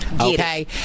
Okay